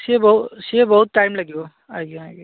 ସିଏ ବହୁତ ସିଏ ବହୁତ ଟାଇମ୍ ଲାଗିବ ଆଜ୍ଞା ଆଜ୍ଞା ଆଜ୍ଞା